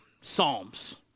Psalms